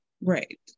Right